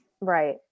Right